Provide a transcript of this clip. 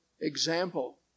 example